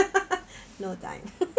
no time